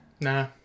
Nah